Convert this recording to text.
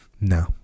No